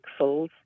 pixels